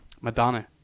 Madonna